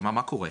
כלומר, מה קורה,